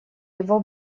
его